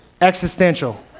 Existential